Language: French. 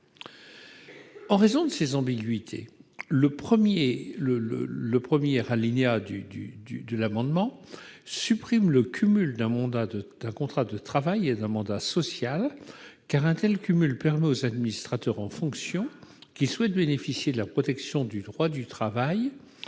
En raison de ces ambiguïtés, le 1° supprime le cumul d'un contrat de travail et d'un mandat social, car un tel cumul permet aux administrateurs en fonction qui souhaitent bénéficier de la protection du droit du travail